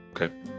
Okay